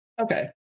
Okay